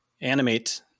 animate